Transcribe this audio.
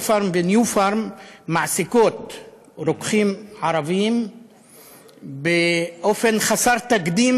אבל אנחנו דנים באופן ספציפי בתוכנית ההצהרתית,